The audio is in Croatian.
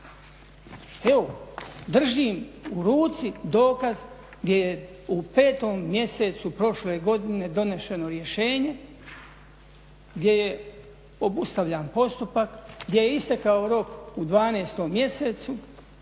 Evo, držim u ruci dokaz gdje je u 5. mjesecu prošle godine doneseno rješenje gdje je obustavljen postupak, gdje je istekao rok u 12. mjesecu